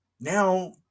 now